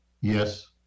Yes